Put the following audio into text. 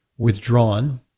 withdrawn